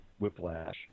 whiplash